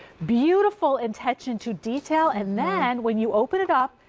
beautiful attention to detail. and then when you open it up,